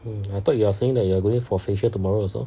hmm I thought you are saying that you are going for facial tomorrow also